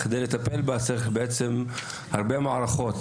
וכדי לטפל בה צריך לערב הרבה מערכות,